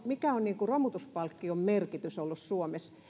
mikä on romutuspalkkion merkitys ollut suomessa